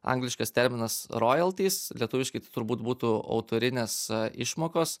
angliškas terminas royaltys lietuviškai tai turbūt būtų autorinės išmokos